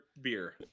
beer